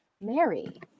Mary